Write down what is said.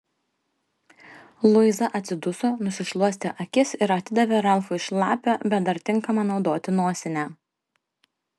luiza atsiduso nusišluostė akis ir atidavė ralfui šlapią bet dar tinkamą naudoti nosinę